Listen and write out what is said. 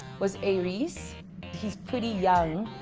was a-reece he's pretty young,